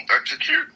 execute